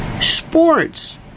Sports